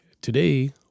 today